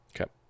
Okay